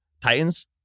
Titans